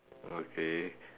okay